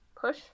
push